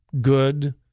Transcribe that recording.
Good